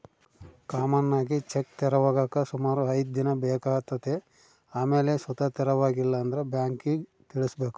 common ಆಗಿ check ತೆರವಾಗಾಕ ಸುಮಾರು ಐದ್ ದಿನ ಬೇಕಾತತೆ ಆಮೇಲ್ ಸುತ ತೆರವಾಗಿಲ್ಲಂದ್ರ ಬ್ಯಾಂಕಿಗ್ ತಿಳಿಸ್ಬಕು